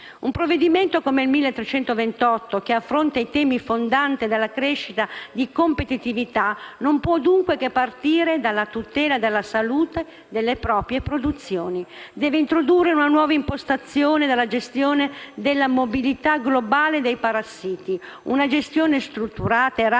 Un provvedimento come il disegno di legge n. 1328, che affronta i temi fondanti della crescita di competitività, non può dunque che partire dalla tutela della salute delle proprie produzioni; deve introdurre una nuova impostazione della gestione della mobilità globale dei parassiti, una gestione strutturata e rapida nel